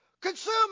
consume